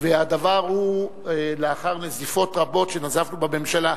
והדבר הוא לאחר נזיפות רבות שנזפנו בממשלה.